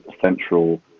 central